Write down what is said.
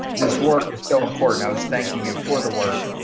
this work is so important. i was thanking you for the work.